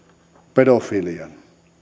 pedofilian